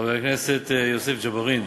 חבר הכנסת יוסף ג'בארין,